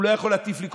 הוא לא יכול להטיף לי,